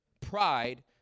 Pride